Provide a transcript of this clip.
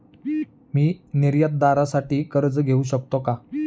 मी निर्यातदारासाठी कर्ज घेऊ शकतो का?